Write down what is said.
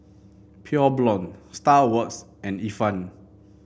Pure Blonde Star Awards and Ifan